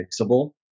fixable